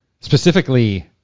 specifically